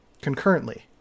concurrently